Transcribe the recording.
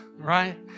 right